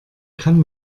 kann